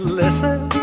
listen